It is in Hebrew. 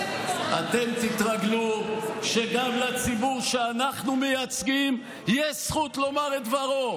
אתם תתרגלו שגם לציבור שאנחנו מייצגים יש זכות לומר את דברו,